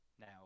now